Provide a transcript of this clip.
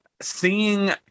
Seeing